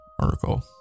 article